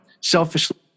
selfishly